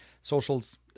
socials